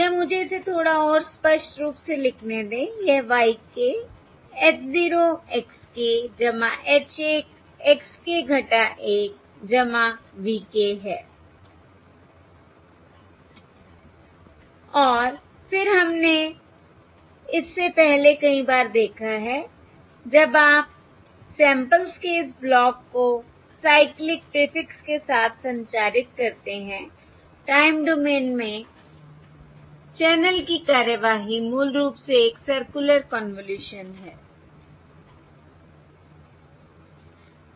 या मुझे इसे थोड़ा और स्पष्ट रूप से लिखने दें यह y k h 0 x K h 1 x k 1 V k है और फिर हमने इससे पहले कई बार देखा है जब आप सैंपल्स के इस ब्लॉक को साइक्लिक प्रीफिक्स के साथ संचारित करते हैं टाइम डोमेन में चैनल की कार्यवाही मूल रूप से एक सर्कुलर कन्वॉल्यूशन है